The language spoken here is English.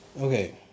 Okay